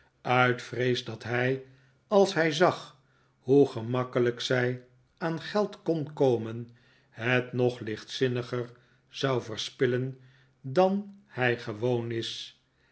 uit vrees dat hij als bij zag hoe gemakkelijk zij aan geld kon komen het nog lichtzinniger zou verspillen dan hij gewoon is